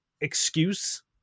excuse